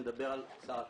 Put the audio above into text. אני מדבר על שר הכלכלה.